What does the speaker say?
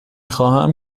خواهم